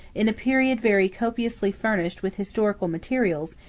in a period very copiously furnished with historical materials,